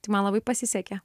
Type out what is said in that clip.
tai man labai pasisekė